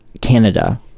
Canada